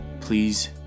Please